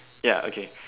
ya okay